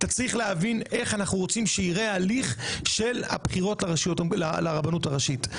אתה צריך להבין איך אנחנו רוצים שייראה ההליך של הבחירות לרבנות הראשית.